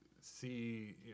see